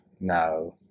no